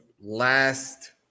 last